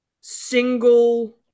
single